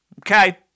okay